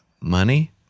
money